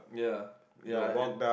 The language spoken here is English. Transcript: yeah yeah I and